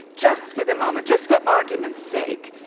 just for the moment, just for arguments sake,